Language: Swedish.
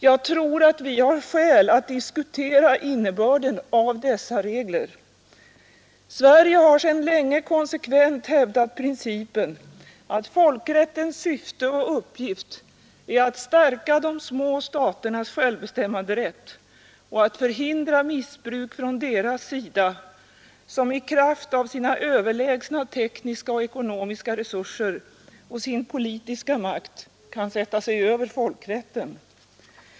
Jag tror vi har skäl att diskutera innebörden av dessa regler. Sverige har sedan länge konsekvent hävdat principen att folkrättens syfte och uppgift är att stärka de små staternas förhindra missbruk från deras sida, som i kraft av sina överlägsna tekniska och ekonomiska resurser och sin politiska makt kan sätta sig över folkrätten.